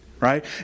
right